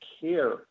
care